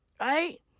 Right